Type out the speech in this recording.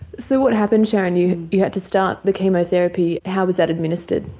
so what happened sharon, you you had to start the chemotherapy, how was that administered?